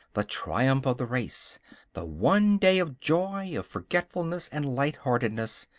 the triumph of the race the one day of joy, of forgetfulness and light-heartedness,